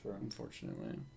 unfortunately